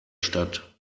stadt